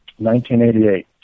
1988